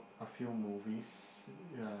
a few movies yea